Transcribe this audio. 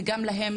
וגם להם,